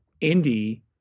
Indy